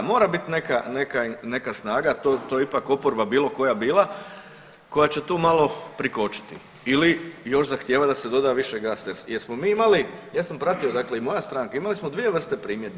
Mora bit neka, neka snaga to je ipak oporba bilo koja bila koja će tu malo prikočiti ili još zahtijevat da se doda više gasa jer smo mi imali, ja sam pratio dakle i moja stranka imali smo dvije vrste primjedbi.